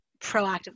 proactively